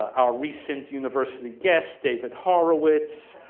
our recent university guest, david horowitz,